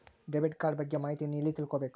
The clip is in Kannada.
ಡೆಬಿಟ್ ಕಾರ್ಡ್ ಬಗ್ಗೆ ಮಾಹಿತಿಯನ್ನ ಎಲ್ಲಿ ತಿಳ್ಕೊಬೇಕು?